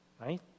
right